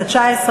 התשע"ג